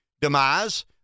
demise